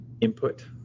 input